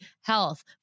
health